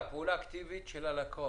פעולה אקטיבית של הלקוח,